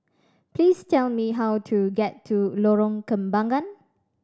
please tell me how to get to Lorong Kembagan